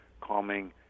calming